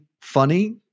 funny